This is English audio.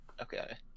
Okay